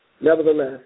Nevertheless